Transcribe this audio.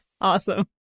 Awesome